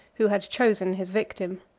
who had chosen his victim.